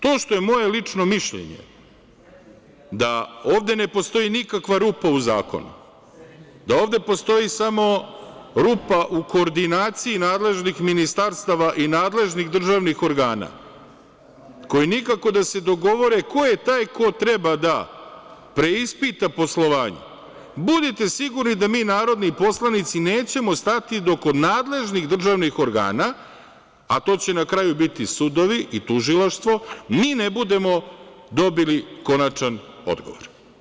To što je moje lično mišljenje da ovde ne postoji nikakva rupa u zakonu, da ovde postoji samo rupa u koordinaciji nadležnih ministarstava i nadležnih državnih organa, koji nikako da se dogovore ko je taj ko treba da preispita poslovanje, budite sigurni da mi narodni poslanici nećemo stati od nadležnih državnih organa, a to će na kraju biti sudovi i tužilaštvo mi ne budemo dobili konačan odgovor.